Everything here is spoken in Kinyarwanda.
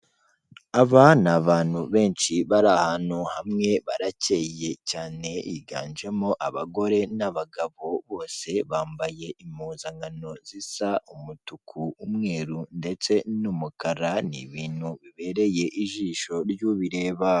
Aba ni abantu benshi bari ahantu hamwe, barakeye cyane, higanjemo abagore n'abagabo, bose bambaye impuzankano zisa umutuku, umweru ndetse n'umukara, n'ibintu bibereye ijisho ry'ubireba.